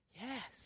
Yes